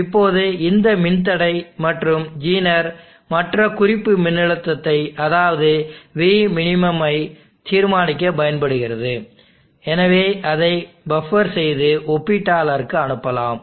இப்போது இந்த மின்தடை மற்றும் ஜீனர் மற்ற குறிப்பு மின்னழுத்தத்தை அதாவது vmin ஐ தீர்மானிக்க பயன்படுத்தப்படுகிறது எனவே அதை பஃப்பர் செய்து ஒப்பீட்டாளருக்கு அனுப்பலாம்